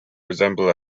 resemble